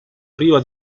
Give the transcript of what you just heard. priva